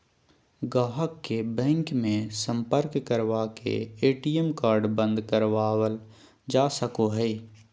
गाहक के बैंक मे सम्पर्क करवा के ए.टी.एम कार्ड बंद करावल जा सको हय